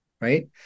right